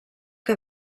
que